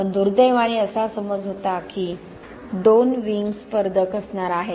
पण दुर्दैवाने असा समज होता की हे दोन विंग स्पर्धक असणार आहेत